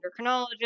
endocrinologist